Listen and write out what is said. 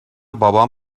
بابام